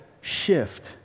shift